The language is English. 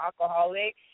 alcoholic